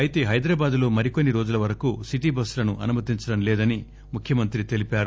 అయితే హైదరాబాద్లో మరికొన్ని రోజుల వరకు సిటీ బస్సులను అనుమతించడం లేదని ముఖ్యమంత్రి తెలిపారు